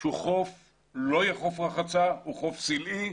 שהוא לא יהיה חוף רחצה אלא חוף סלעי.